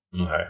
Okay